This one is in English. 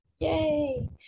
yay